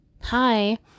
hi